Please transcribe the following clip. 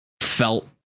felt